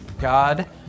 God